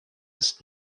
ist